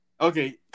Okay